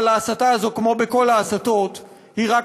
אבל ההסתה הזאת כמו בכל ההסתות היא רק